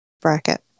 bracket